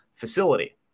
facility